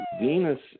Venus